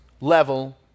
level